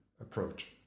approach